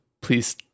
please